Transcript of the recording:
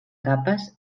capes